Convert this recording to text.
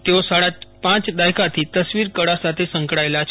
તેઓ સાડા પાંચ દાયકાથી તસવીર કળા સાથે સંકળાયેલા છે